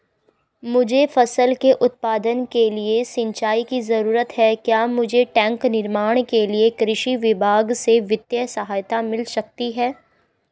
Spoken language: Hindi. मुझे फसल के उत्पादन के लिए सिंचाई की जरूरत है क्या मुझे टैंक निर्माण के लिए कृषि विभाग से वित्तीय सहायता मिल सकती है?